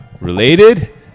related